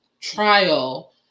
trial